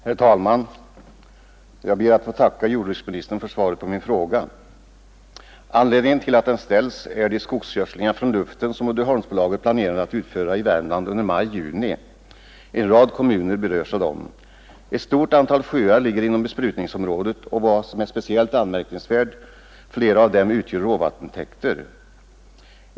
Herr talman! Jag ber att få tacka jordbruksministern för svaret på min fråga. Anledningen till att den ställts är de skogsgödslingar från luften som Uddeholmsbolaget planerar att utföra i Värmland under maj-juni. En rad kommuner berörs av dem. Ett stort antal sjöar ligger inom besprutningsområdet, och — vilket är speciellt anmärkningsvärt — flera av dem utgör råvattentäkter.